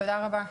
תודה רבה.